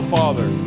Father